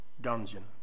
dungeon